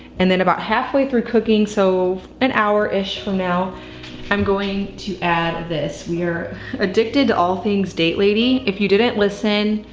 and then about halfway through cooking so an hour-ish from now i'm going to add this. we are addicted to all things date lady. if you didn't listen,